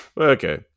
Okay